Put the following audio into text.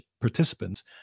participants